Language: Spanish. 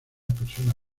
persona